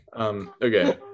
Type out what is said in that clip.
Okay